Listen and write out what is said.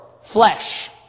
flesh